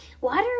water